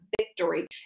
victory